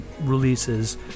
releases